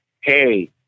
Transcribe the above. Hey